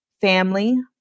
family